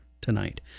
tonight